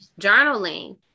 journaling